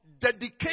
dedication